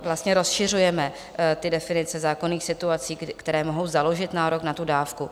Vlastně rozšiřujeme ty definice zákonných situací, které mohou založit nárok na tu dávku.